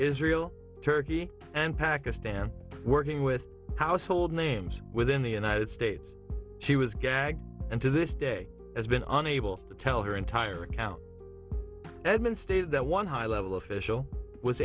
israel turkey and pakistan working with household names within the united states she was gagged and to this day has been unable to tell her entire account edmon stated that one high level official was